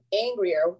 angrier